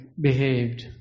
behaved